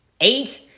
eight